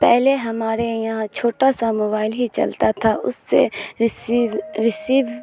پہلے ہمارے یہاں چھوٹا سا موبائل ہی چلتا تھا اس سے رسیو رسیو